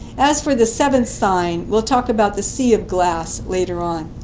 as for the seventh sign, we'll talk about the sea of glass later on.